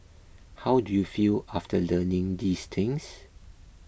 how do you feel after learning these things